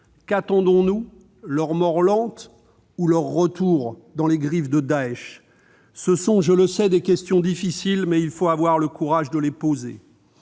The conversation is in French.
Qu'attendons-nous ? Leur mort lente ou leur retour dans les griffes de Daech ? Ce sont des questions difficiles, mais il faut avoir le courage de les poser